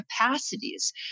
capacities